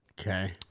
Okay